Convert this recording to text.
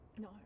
no